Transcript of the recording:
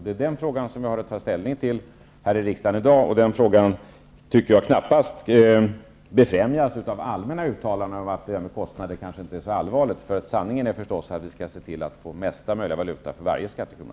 Det är den frågan som riksdagen har att ta ställning till här i dag. Jag tycker knappast att frågan befrämjas av allmänna uttalanden om att detta med kostnader kanske inte är så allvarligt. Sanningen är förstås att vi måste se till att få bästa möjliga valuta för varje skattekrona.